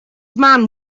man